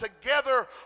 together